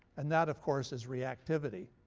and that of course is reactivity.